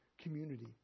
community